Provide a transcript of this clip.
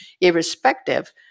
Irrespective